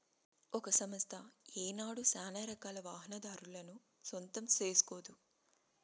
ఒక సంస్థ ఏనాడు సానారకాల వాహనాదారులను సొంతం సేస్కోదు